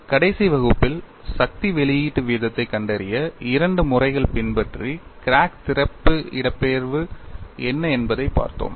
கடைசி வகுப்பில் சக்தி வெளியீட்டு வீதத்தைக் கண்டறிய இரண்டு முறைகள் பின்பற்றி கிராக் திறப்பு இடப்பெயர்வு என்ன என்பதைப் பார்த்தோம்